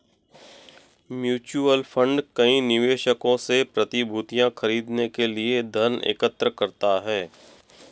mutual fund कई निवेशकों से प्रतिभूतियां खरीदने के लिए धन एकत्र करता है